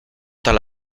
tal